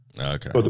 Okay